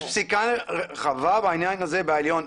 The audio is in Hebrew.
יש פסיקה רחבה עניין הזה בבית המשפט העליון.